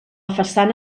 façana